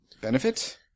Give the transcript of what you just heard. benefit